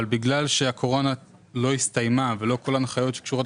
אבל בגלל שהקורונה לא הסתיימה ולא כל ההנחיות שקשורות